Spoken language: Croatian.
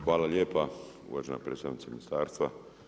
Hvala lijepa uvažena predstavnice ministarstva.